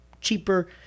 cheaper